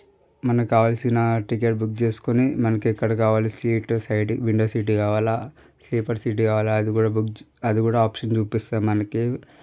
మనకు కావాల్సిన ticket book చేసుకుని మనకి ఎక్కడ కావాలి సీటు విండో సీటు కావాలా స్లీపర్ సీటు కావాలా అది కూడా అది కూడా ఆప్షన్ చూపిస్తుంది మనకి